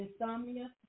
insomnia